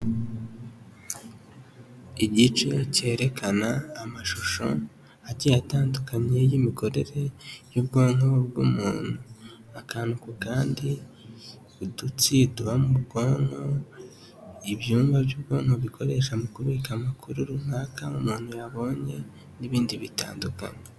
Igice cyerekana amashusho agiye atandukanye y'imikorere y'ubwonko bw'umuntu, akantu ku kandi, udutsi tuba mu bwonko, ibyumba by'ubwonko bikoreshwa mu kubika amakuru runaka umuntu yabonye, n'ibindi bitandukanye.